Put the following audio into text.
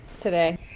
today